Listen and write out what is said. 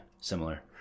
similar